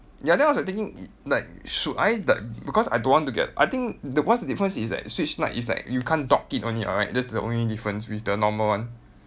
ya then I was like thinking like should I like because I don't want to get I think what's the difference is like switch lite is like you can't dock it only right that's the only difference with like the normal one